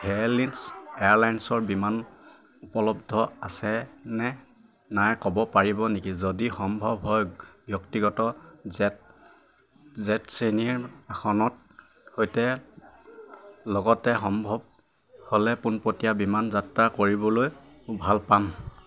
Vueling এয়াৰলাইনছৰ বিমান উপলব্ধ আছেনে নাই ক'ব পাৰিব নেকি যদি সম্ভৱ হয় ব্যক্তিগত জেট জেট শ্ৰেণীৰ আসনত সৈতে লগতে সম্ভৱ হ'লে পোনপটীয়া বিমান যাত্ৰা কৰিবলৈ ভাল পাম